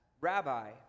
Rabbi